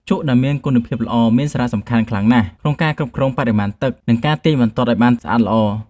ជក់ដែលមានគុណភាពល្អមានសារៈសំខាន់ខ្លាំងណាស់ក្នុងការគ្រប់គ្រងបរិមាណទឹក និង ការទាញបន្ទាត់ឱ្យបានស្អាតល្អ។